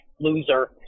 loser